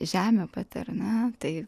žemių bet ir na tai